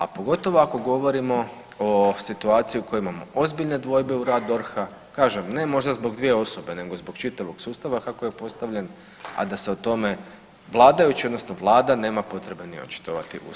A pogotovo ako govorimo o situaciji u kojoj imamo ozbiljne dvojbe u rad DORH-a, kažem ne možda zbog 2 osobe nego zbog čitavog sustava kako je postavljen, a da se o tome vladajući odnosno vlada nema potrebe ni očitovati